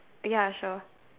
ya sure